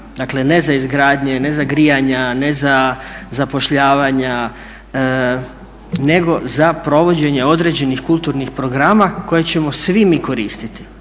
Dakle ne za izgradnje, ne za grijanja, ne za zapošljavanja nego za provođenje određenih kulturnih programa koje ćemo svi mi koristiti.